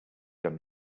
gun